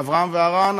אברהם והרן,